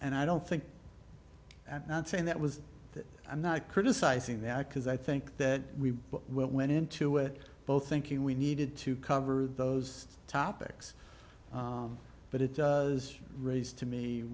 and i don't think i'm not saying that was that i'm not criticizing that because i think that we what went into it both thinking we needed to cover those topics but it does raise to me